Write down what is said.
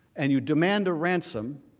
and you demand ransom,